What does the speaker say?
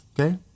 Okay